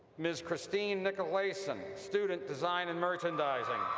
ms. christine nicolaysen, student, design and merchandising